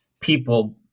people